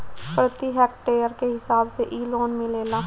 प्रति हेक्टेयर के हिसाब से इ लोन मिलेला